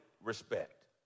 respect